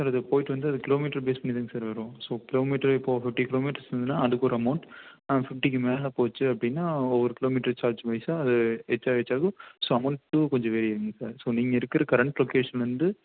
sir அது போய்விட்டு வந்து கிலோமீட்டரு பேஸ் பண்ணிதாங்க சார் வரும் ஸோ கிலோமீட்டர் இப்போ ஒரு ஃபிஃப்ட்டி கிலோமீட்டர்ஸ் வந்ததுன்னா அதற்கொரு அமௌன்ட் ஃபிஃப்ட்டிக்கு மேலே போச்சு அப்படின்னா ஒரு கிலோமீட்டர் சார்ஜ் வைஸாக அது எச்சா எச்சாகும் ஸோ அமௌன்ட்டும் கொஞ்சம் வேரியண்ட்ஸாக ஸோ நீங்கள் இருக்கிற கரண்ட் லொக்கேஷன்லந்து